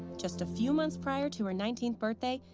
just a few months prior to her nineteenth birthday,